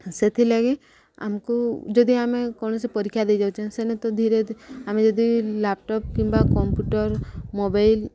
ସେଥିଲାଗି ଆମକୁ ଯଦି ଆମେ କୌଣସି ପରୀକ୍ଷା ଦେଇଯାଉଛେ ସେନେ ତ ଧୀରେ ଆମେ ଯଦି ଲ୍ୟାପ୍ଟପ୍ କିମ୍ବା କମ୍ପ୍ୟୁଟର ମୋବାଇଲ